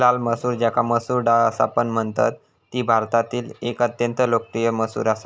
लाल मसूर ज्याका मसूर डाळ असापण म्हणतत ती भारतातील एक अत्यंत लोकप्रिय मसूर असा